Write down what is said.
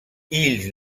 ils